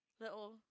little